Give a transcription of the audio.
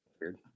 weird